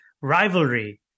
rivalry